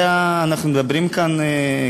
אנחנו מדברים כאן,